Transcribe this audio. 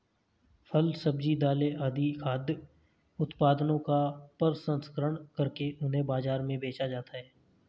फल, सब्जी, दालें आदि खाद्य उत्पादनों का प्रसंस्करण करके उन्हें बाजार में बेचा जाता है